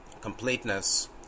completeness